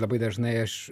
labai dažnai aš